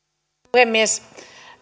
puhemies